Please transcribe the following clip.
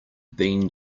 been